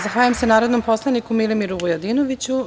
Zahvaljujem se narodnom poslaniku Milimiru Vujadinoviću.